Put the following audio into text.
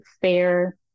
fair